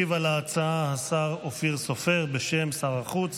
ישיב על ההצעה השר אופיר סופר בשם שר החוץ.